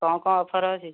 କ'ଣ କ'ଣ ଅଫର୍ ଅଛି